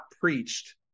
preached